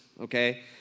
okay